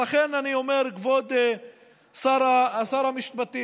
לכן אני אומר, כבוד שר המשפטים: